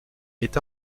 est